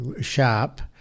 shop